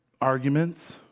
arguments